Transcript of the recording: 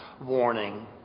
warning